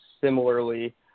similarly